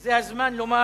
זה הזמן לומר